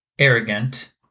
arrogant